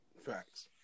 Facts